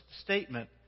statement